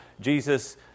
Jesus